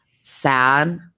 sad